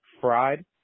fried